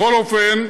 בכל אופן,